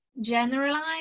generalize